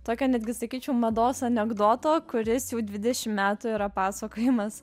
tokio netgi sakyčiau mados anekdoto kuris jau dvidešim metų yra pasakojimas